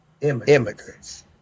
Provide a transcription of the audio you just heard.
immigrants